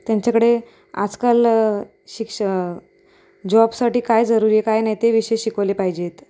त्यांच्याकडे आजकाल शिक्ष जॉबसाठी काय जरुरी आहे काय नाही ते विषय शिकवले पाहिजेत